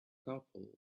couple